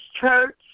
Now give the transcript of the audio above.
Church